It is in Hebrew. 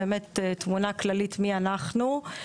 תמונה כללית מי אנחנו,